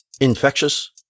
Infectious